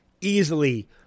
easily